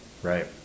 right